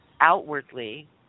outwardly